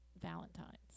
Valentine's